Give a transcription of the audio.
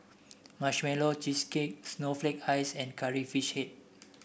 Marshmallow Cheesecake Snowflake Ice and Curry Fish Head